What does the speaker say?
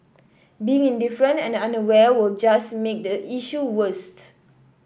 being indifferent and unaware will just make the issue worse